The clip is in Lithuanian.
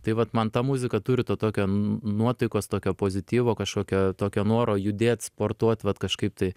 tai vat man ta muzika turi to tokio nuotaikos tokio pozityvo kažkokio tokio noro judėt sportuot vat kažkaip tai